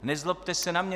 Nezlobte se na mě.